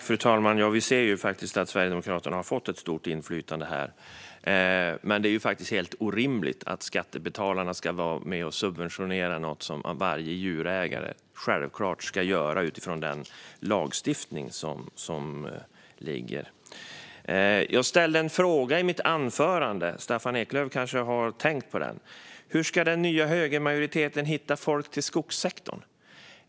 Fru talman! Ja, vi ser att Sverigedemokraterna har fått ett stort inflytande här. Men det är helt orimligt att skattebetalarna ska vara med och subventionera något som varje djurägare självklart ska göra utifrån lagstiftningen. Jag ställde en fråga i mitt anförande - Staffan Eklöf kanske har tänkt på den. Hur ska den nya högermajoriteten hitta folk till skogssektorn?